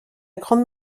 grande